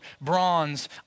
bronze